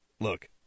look